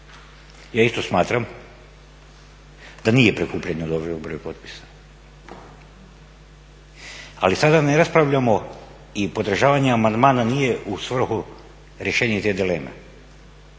ja isto smatram da nije prikupljen dovoljan broj potpisa. Ali sada ne raspravljamo i podržavanje amandmana nije u svrhu rješenja te dileme,